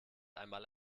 einmal